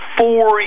four